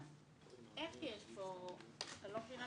אין הרביזיה על סעיף 30 לא נתקבלה.